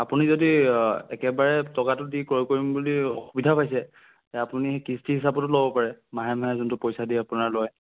আপুনি যদি একেবাৰে টকাটো দি ক্ৰয় কৰিম বুলি অসুবিধা পাইছে আপুনি কিস্তি হিচাপতো ল'ব পাৰে মাহে মাহে যোনটো পইচা দি আপোনাৰ লয়